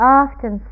often